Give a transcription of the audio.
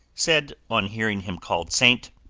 said, on hearing him called saint